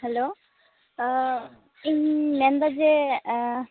hello ᱤᱧ ᱢᱮᱱ ᱮᱫᱟ ᱡᱮ